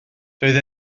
doedd